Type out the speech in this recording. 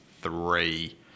three